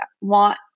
want